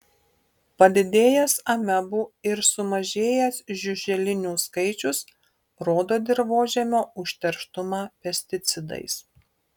padidėjęs amebų ir sumažėjęs žiuželinių skaičius rodo dirvožemio užterštumą pesticidais